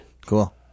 cool